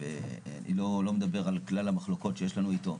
ואני לא מדבר על כלל המחלוקות שיש לנו איתו.